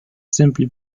simply